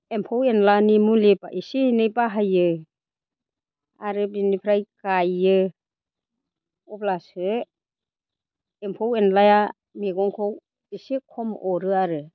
एमफौ एनलानि मुलि एसे एनै बाहायो आरो बिनिफ्राय गायो अब्लासो एमफौ एनलाया मैगंखौ एसे खम अरो आरो